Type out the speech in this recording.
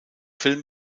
film